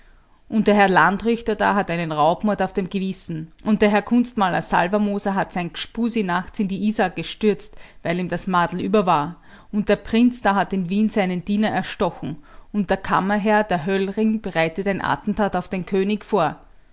und der herr landrichter da hat einen raubmord auf dem gewissen und der herr kunstmaler salvermoser hat sein g'spusi nachts in die isar gestürzt weil ihm das madel über war und der prinz da hat in wien seinen diener erstochen und der kammerherr der höllring bereitet ein attentat auf den könig vor